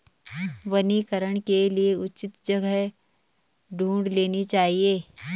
वनीकरण के लिए उचित जगह ढूंढ लेनी चाहिए